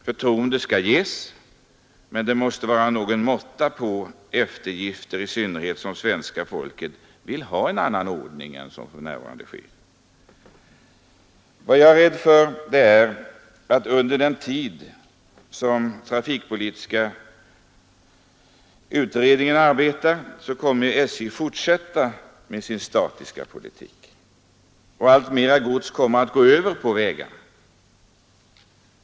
Förtroende skall ges, men det måste vara någon måtta på eftergifter, i synnerhet som svenska folket vill ha en annan ordning än för närvarande. Jag är rädd för att under den tid som trafikpolitiska utredningen arbetar kommer SJ att fortsätta med sin statiska politik, och alltmera gods kommer att gå över på vägarna.